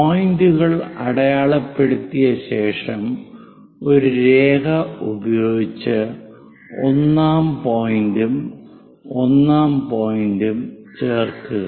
പോയിന്റുകൾ അടയാളപ്പെടുത്തിയ ശേഷം ഒരു രേഖ ഉപയോഗിച്ച് ഒന്നാം പോയിന്റും ഒന്നാം പോയിന്റും ചേർക്കുക